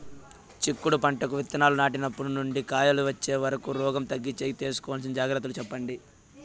చిక్కుడు పంటకు విత్తనాలు నాటినప్పటి నుండి కాయలు వచ్చే వరకు రోగం తగ్గించేకి తీసుకోవాల్సిన జాగ్రత్తలు చెప్పండి?